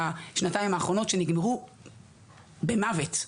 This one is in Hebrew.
בשנתיים האחרונות נגמרו במוות,